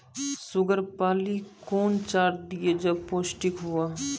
Sugar पाली कौन चार दिय जब पोस्टिक हुआ?